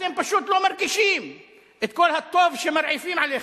אתם פשוט לא מרגישים את כל הטוב שמרעיפים עליכם.